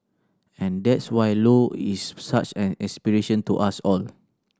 and that's why Low is such an inspiration to us all